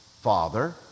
father